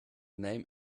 name